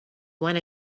wanna